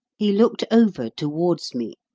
he looked over towards me,